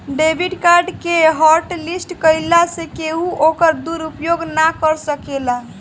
debit card के हॉटलिस्ट कईला से केहू ओकर दुरूपयोग ना कर सकेला